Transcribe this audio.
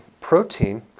protein